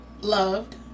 loved